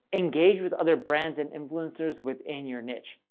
engage with other brands and influencers within your niche.